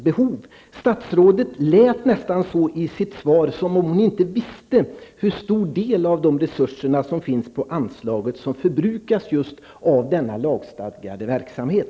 I sitt svar lät statsrådet nästan som om hon inte visste hur stor del av dessa resurser som finns inom anslaget som förbrukas just när det gäller denna lagstadgade verksamhet.